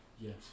yes